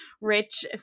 rich